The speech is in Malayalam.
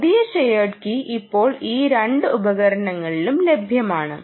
പുതിയ ഷെയേർഡ് കീ ഇപ്പോൾ ഈ രണ്ട് ഉപകരണങ്ങളിലും ലഭ്യമാണ്